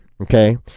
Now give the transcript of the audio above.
okay